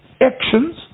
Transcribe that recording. actions